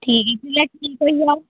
ठीक इ'यां ठीक होई जाह्ग